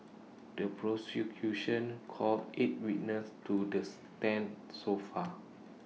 the prosecution called eight witnesses to the stand so far